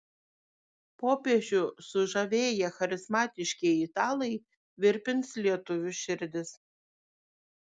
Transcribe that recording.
popiežių sužavėję charizmatiškieji italai virpins lietuvių širdis